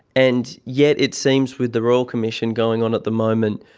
and yet it seems with the royal commission going on at the moment,